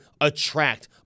attract